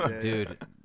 dude